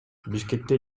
бишкекте